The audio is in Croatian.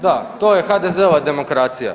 Da, to je HDZ-ova demokracija.